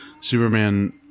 Superman